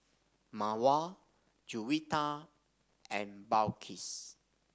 Mawar Juwita and Balqis